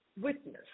witness